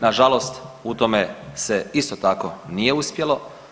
Na žalost u tome se isto tako nije uspjelo.